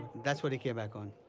that's what they came back on.